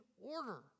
order